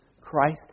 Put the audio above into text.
Christ